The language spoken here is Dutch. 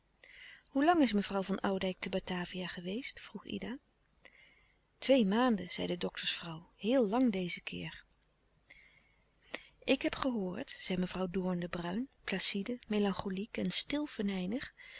hoe lang is mevrouw van oudijck te batavia geweest vroeg ida twee maanden zei de doktersvrouw heel lang dezen keer ik heb gehoord zei mevrouw doorn de bruijn placide melancholiek en stil